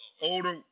Older